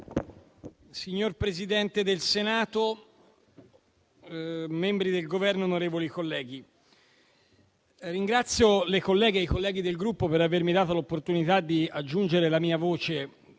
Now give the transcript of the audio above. Signor Presidente del Senato, membri del Governo, onorevoli colleghi, ringrazio le colleghe e i colleghi del Gruppo per avermi dato l'opportunità di aggiungere la mia voce.